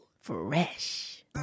Fresh